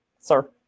Sir